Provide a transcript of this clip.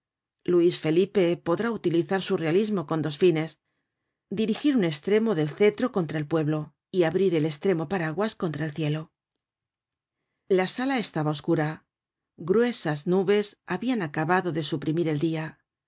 luis felipe podrá utilizar su realismo con dos lines dirigir un estremo del cetro contra el pueblo y abrir el estremo paraguas contra el cielo la sala estaba oscura gruesas nubes habiín acabado de suprimir el dia